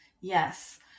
yes